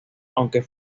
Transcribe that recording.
aunque